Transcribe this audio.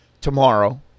tomorrow